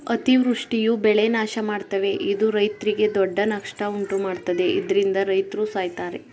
ಅತಿವೃಷ್ಟಿಯು ಬೆಳೆ ನಾಶಮಾಡ್ತವೆ ಇದು ರೈತ್ರಿಗೆ ದೊಡ್ಡ ನಷ್ಟ ಉಂಟುಮಾಡ್ತದೆ ಇದ್ರಿಂದ ರೈತ್ರು ಸಾಯ್ತರೆ